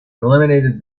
eliminated